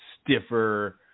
stiffer